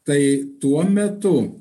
tai tuo metu